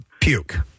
Puke